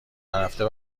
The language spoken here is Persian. نرفته